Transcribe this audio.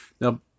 now